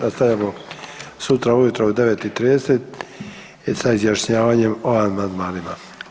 Nastavljamo sutra ujutro u 9,30 sa izjašnjavanjem o amandmanima.